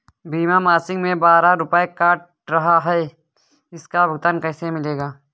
बीमा मासिक में बारह रुपय काट रहा है इसका भुगतान कैसे मिलेगा?